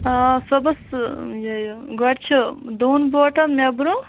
آ صُبحس یہِ گۄڈٕ چھِ دۄن بوٹَن مےٚ برونٛہہ